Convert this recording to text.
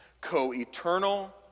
co-eternal